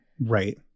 Right